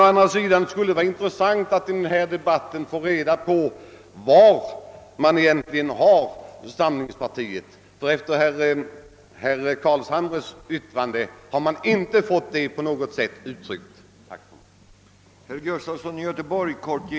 Å andra sidan skulle det vara intressant att få reda på var man egentligen har moderata samlingspartiet i denna fråga.